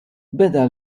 beda